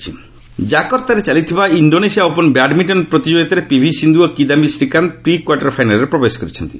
badminton ଜାକର୍ତ୍ତାରେ ଚାଲିଥିବା Indonesia open badminton ପ୍ରତିଯୋଗିତାରେ ପିଭି ସିନ୍ଧୁ ଓ କିଦାୟୀ ଶ୍ରୀକାନ୍ତ ପ୍ରି କ୍ୱାର୍ଟର୍ ଫାଇନାଲ୍ରେ ପ୍ରବେଶ କରିଛନ୍ତି